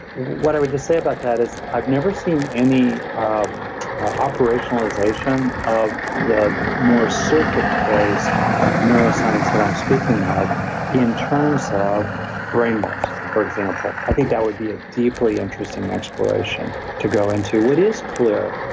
what i would just say about that is i've never seen any ah operationalization of the more circuit based neuroscience that i'm speaking of in terms of brainwaves for example. i think that would be a deeply interesting exploration to go into what is clear.